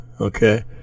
Okay